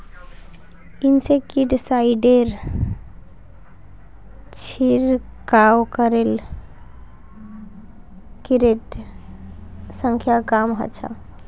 इंसेक्टिसाइडेर छिड़काव करले किटेर संख्या कम ह छ